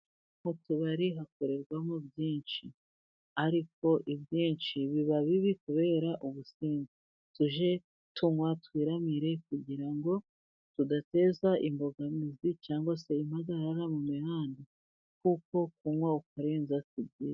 Mu tubari hakorerwamo byinshi, ariko ibyinshi biba bibi kubera ubusembwa. Tujye tunywa twiramire kugira ngo tudateza imbogamizi cyangwa se impagarara mu mihanda, kuko kunywa ukarenza si byiza.